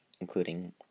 including